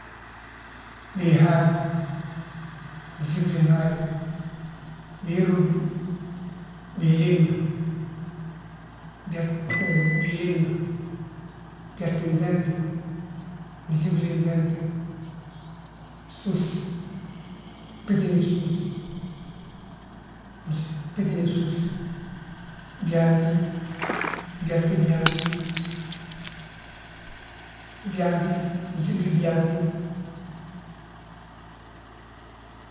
Bii haayi, msiblin haay, biiróbi, biilibna, byaltin ŧeenŧe, msibilin ŧeenŧe, bsús, bbínibsús, byaanti, byalti byaanti, msibili byaanti,